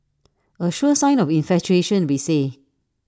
A sure sign of infatuation we say